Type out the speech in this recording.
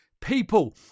People